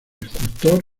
escultor